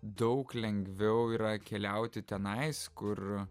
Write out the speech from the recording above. daug lengviau yra keliauti tenais kur